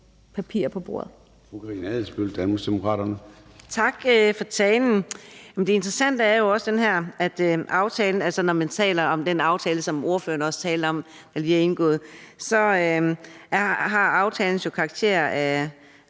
papirer på bordet.